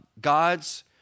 God's